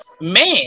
Man